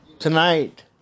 Tonight